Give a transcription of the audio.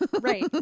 Right